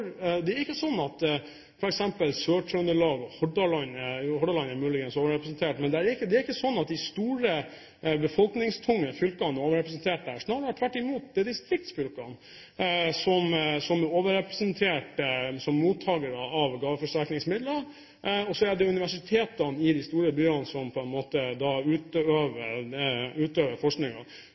er det ikke sånn at f.eks. Sør-Trøndelag og Hordaland, altså de store, befolkningstunge fylkene, er overrepresentert, snarere tvert imot – Hordaland er muligens overrepresentert. Det er distriktsfylkene som er overrepresentert som mottakere av gaveforsterkningsmidler, og så er det universitetene i de store byene som utøver